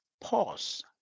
pause